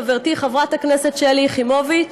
חברתי חברת הכנסת שלי יחימוביץ,